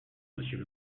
monsieur